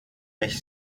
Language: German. mich